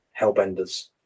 hellbenders